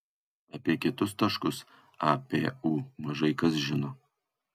apie kitus taškus a p u mažai kas žino